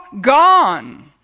gone